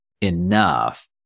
enough